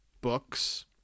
books